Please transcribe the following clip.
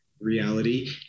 reality